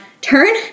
Turn